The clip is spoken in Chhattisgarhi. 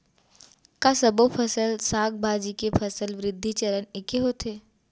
का सबो फसल, साग भाजी के फसल वृद्धि चरण ऐके होथे?